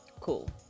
cool